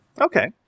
Okay